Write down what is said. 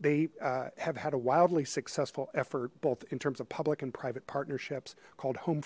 they have had a wildly successful effort both in terms of public and private partnerships called home